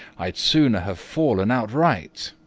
i'd sooner have fallen outright.